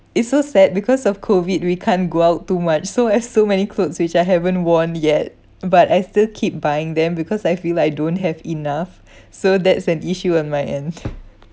it's so sad because of COVID we can't go out too much so I've so many clothes which I haven't worn yet but I still keep buying them because I feel I don't have enough so that's an issue on my end